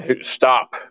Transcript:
stop